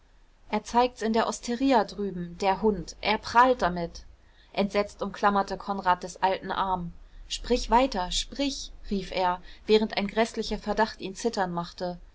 er zeigt's in der osteria drüben der hund er prahlt damit entsetzt umklammerte konrad des alten arm sprich weiter sprich rief er während ein gräßlicher verdacht ihn zittern machte